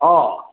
অঁ